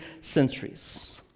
centuries